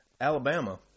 Alabama